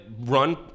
run